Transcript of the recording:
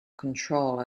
control